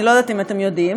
אני לא יודעת אם אתם יודעים.